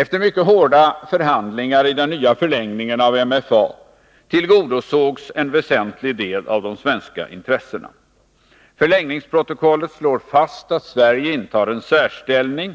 Efter mycket hårda förhandlingar i den nya förlängningen av MFA tillgodosågs en väsentlig del av de svenska intressena. Förlängningsprotokollet slår fast att Sverige intar en särställning,